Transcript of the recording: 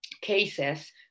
cases